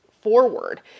forward